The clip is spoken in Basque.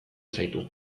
zaitu